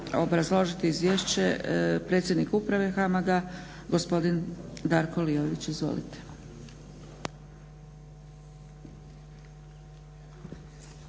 obrazložiti izvješće predsjednik Uprave HAMAG-a gospodin Darko Liović. Izvolite.